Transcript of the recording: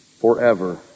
forever